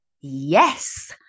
yes